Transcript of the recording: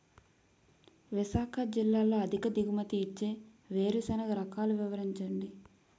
విశాఖ జిల్లాలో అధిక దిగుమతి ఇచ్చే వేరుసెనగ రకాలు వివరించండి?